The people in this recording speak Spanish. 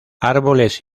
árboles